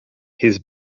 his